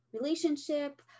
relationship